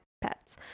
pets